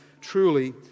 Truly